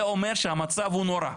זה אומר שהמצב הוא נורא.